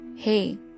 hey